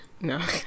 no